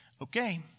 Okay